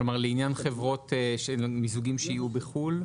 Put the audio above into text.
כלומר לעניין חברות מיזוגים שיהיו בחו"ל?